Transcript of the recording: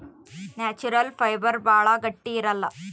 natural fibres ಭಾಳ ಗಟ್ಟಿ ಇರಲ್ಲ